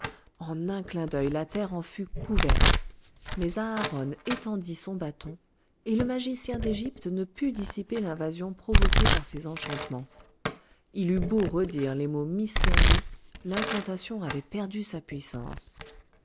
en un clin d'œil la terre en fut couverte mais aharon étendit son bâton et le magicien d'égypte ne put dissiper l'invasion provoquée par ses enchantements il eut beau redire les mots mystérieux l'incantation avait perdu sa puissance